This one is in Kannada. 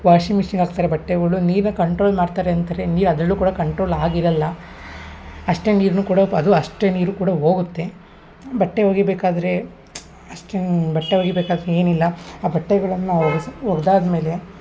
ವಾಷಿಂಗ್ ಮಿಷಿನ್ ಹಾಕ್ತಾರೆ ಬಟ್ಟೆಗಳು ನೀರನ್ನ ಕಂಟ್ರೋಲ್ ಮಾಡ್ತಾರೆ ಅಂತಾರೆ ನೀರು ಅದರಲ್ಲೂ ಕೂಡ ಕಂಟ್ರೋಲ್ ಆಗಿರಲ್ಲ ಅಷ್ಟೇ ನೀರನ್ನೂ ಕೂಡ ಪ ಅದು ಅಷ್ಟೇ ನೀರು ಕೂಡ ಹೋಗುತ್ತೆ ಬಟ್ಟೆ ಒಗಿಬೇಕಾದರೆ ಅಷ್ಟೇನು ಬಟ್ಟೆ ಒಗಿಬೇಕಾದರೆ ಏನೂ ಇಲ್ಲ ಆ ಬಟ್ಟೆಗಳನ್ನು ಒರ್ಸ್ ಒಗ್ದು ಆದಮೇಲೆ